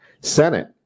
Senate